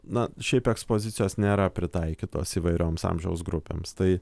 na šiaip ekspozicijos nėra pritaikytos įvairioms amžiaus grupėms tai